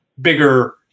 bigger